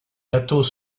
gâteaux